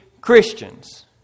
Christians